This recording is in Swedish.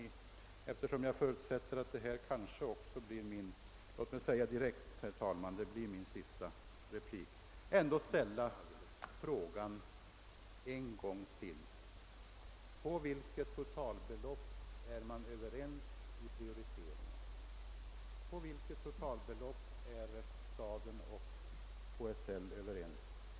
Eftersom detta inlägg kommer att bli min sista replik i detta ärende vill jag ännu en gång ställa frågan: Vilket totalbelopp har staden och KSL kommit överens om i prioriteringen?